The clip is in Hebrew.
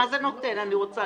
אני מבקשת